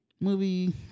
Movie